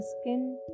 skin